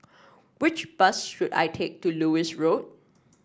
which bus should I take to Lewis Road